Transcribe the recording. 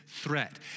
threat